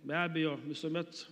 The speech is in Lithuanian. be abejo visuomet